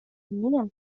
neniam